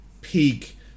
peak